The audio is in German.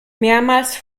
mehrmals